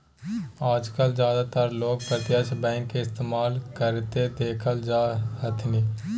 आजकल ज्यादातर लोग प्रत्यक्ष बैंक के इस्तेमाल करते देखल जा हथिन